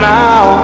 now